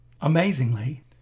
Amazingly